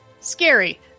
scary